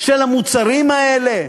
של המוצרים האלה?